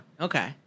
Okay